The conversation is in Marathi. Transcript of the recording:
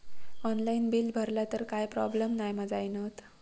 ऑनलाइन बिल भरला तर काय प्रोब्लेम नाय मा जाईनत?